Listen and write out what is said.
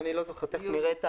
זה